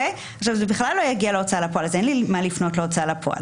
זה בכלל לא יגיע להוצאה לפועל כך שאין לי מה לפנות להוצאה לפועל.